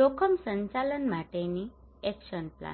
જોખમ સંચાલન માટેની એક્શન પ્લાન